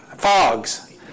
Fogs